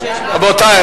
רבותי,